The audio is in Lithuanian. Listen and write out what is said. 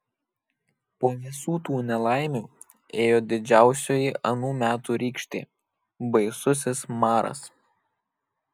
po visų tų nelaimių ėjo didžiausioji anų metų rykštė baisusis maras